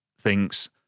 thinks